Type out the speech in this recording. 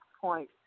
point